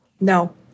No